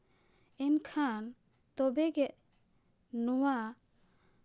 ᱮᱱᱠᱷᱟᱱ ᱛᱚᱵᱮ ᱜᱮ ᱱᱚᱣᱟ